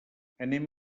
anem